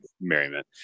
merriment